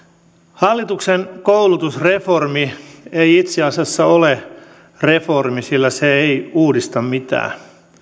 hallituksen koulutusreformi ei itse asiassa ole reformi sillä se ei uudista mitään